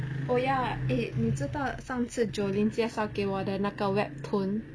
oh ya eh 你知道上次 jolene 介绍给我的那个 web toon